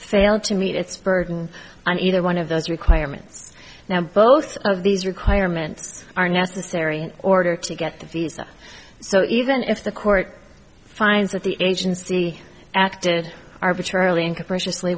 failed to meet its burden on either one of those requirements now both of these requirements are necessary in order to get the visa so even if the court finds that the agency acted arbitrarily